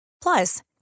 Plus